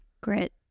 Grit